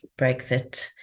brexit